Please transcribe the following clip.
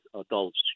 adults